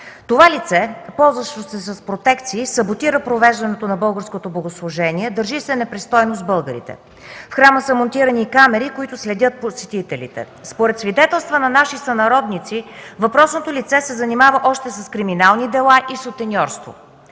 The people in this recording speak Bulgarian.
Това лице, ползващо се с протекции, саботира провеждането на българското богослужение, държи се непристойно с българите. В храма са монтирани и камери, които следят посетителите. Според свидетелства на наши сънародници въпросното лице се занимава още с криминални дела и сутеньорство.